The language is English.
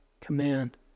command